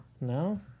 No